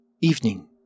Evening